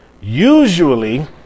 Usually